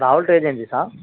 travel ఏజెన్సీసా